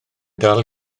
dal